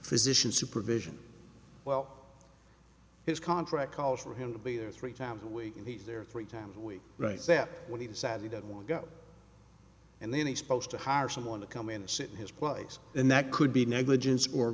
physicians supervision well his contract calls for him to be there three times a week and he's there three times a week right step when he decides he doesn't want to go and then exposed to hire someone to come in and sit in his place and that could be negligence or